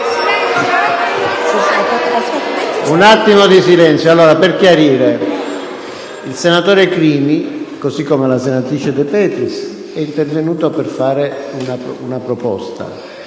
un attimo di silenzio.